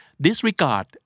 Disregard